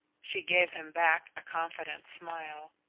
she gave him back a confident smile.